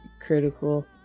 critical